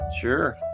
Sure